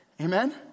Amen